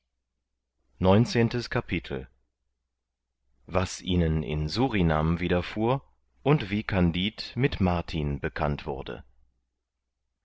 neunzehntes kapitel was ihnen in surinam widerfuhr und wie kandid mit martin bekannt wurde